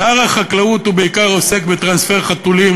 שר החקלאות בעיקר עוסק בטרנספר חתולים,